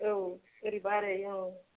औ ओरैबा ओरै औ